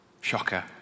Shocker